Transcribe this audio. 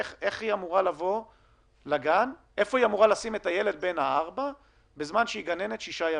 איפה היא אמורה לשים את הילד שלה בן 4 בזמן שהיא גננת שישה ימים?